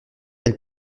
elle